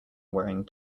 wearing